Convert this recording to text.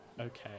Okay